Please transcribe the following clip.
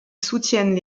soutiennent